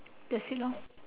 that's it lor